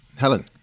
Helen